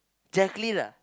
Jaclyn ah